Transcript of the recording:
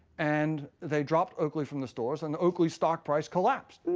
and they dropped oakley from the stores. and oakley's stock price collapsed.